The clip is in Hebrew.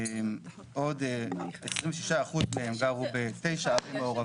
עוד 26% מהם גרו בתשע ערים מעורבות.